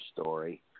story